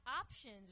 options